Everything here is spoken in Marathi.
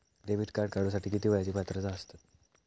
डेबिट कार्ड काढूसाठी किती वयाची पात्रता असतात?